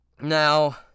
Now